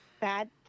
bad